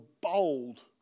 bold